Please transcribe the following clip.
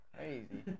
Crazy